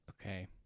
Okay